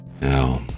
Now